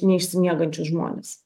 neišsimiegančius žmones